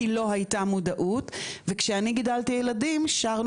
כי לא הייתה את המודעות וכשאני גידלתי ילדים שרנו